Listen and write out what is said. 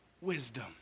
wisdom